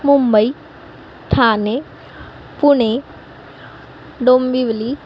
Mumbai Thane Pune Dombivli